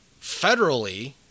federally